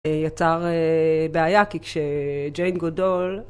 יצר בעיה כי כשג'יין גודול